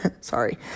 sorry